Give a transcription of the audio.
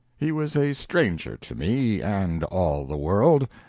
he was a stranger to me and all the world,